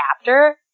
chapter